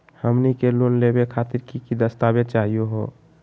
हमनी के लोन लेवे खातीर की की दस्तावेज चाहीयो हो?